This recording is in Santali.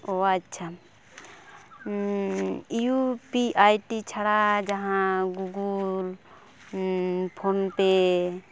ᱚᱻ ᱟᱪᱪᱷᱟ ᱤᱭᱩ ᱯᱤ ᱟᱭ ᱟᱭᱰᱤ ᱪᱷᱟᱲᱟ ᱡᱟᱦᱟᱸ ᱜᱩᱜᱩᱞ ᱯᱷᱳᱱ ᱯᱮ